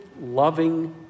loving